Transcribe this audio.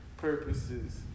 Purposes